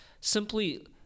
simply